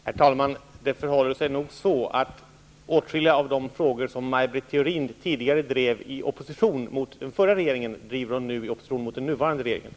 Herr talman! Det förhåller sig nog så, att åtskilliga av de frågor som Maj Britt Theorin tidigare drev i opposition mot den förra regeringen, driver hon nu i opposition mot den nuvarande regeringen.